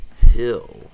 hill